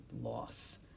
loss